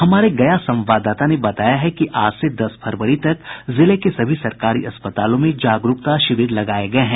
हमारे गया संवाददाता ने बताया है कि आज से दस फरवरी तक जिले के सभी सरकारी अस्पतालों में जागरूकता शिविर लगाये गये हैं